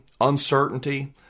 uncertainty